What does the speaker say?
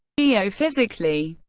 geophysically,